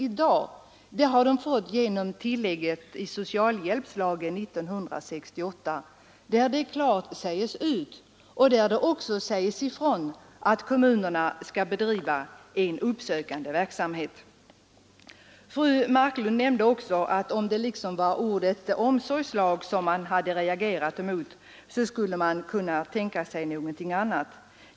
Det har de fått genom tillägget i socialhjälpslagen år 1968, där det också sägs ifrån att kommunerna skall bedriva en uppsökande verksamhet. Fru Marklund nämnde också att om det var ordet omsorgslag som utskottet reagerade emot, kunde hon tänka sig någonting annat.